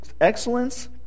excellence